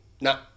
no